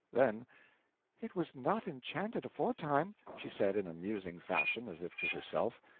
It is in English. then it was not enchanted aforetime, she said in a musing fashion, as if to herself.